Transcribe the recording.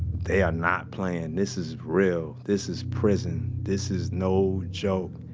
they are not playing. this is real. this is prison, this is no joke.